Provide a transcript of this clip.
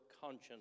conscience